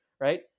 right